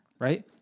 Right